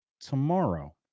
tomorrow